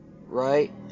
right